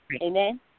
Amen